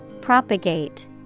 Propagate